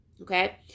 Okay